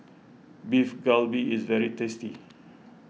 Beef Galbi is very tasty